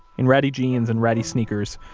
in ratty jeans and ratty sneakers,